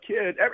kid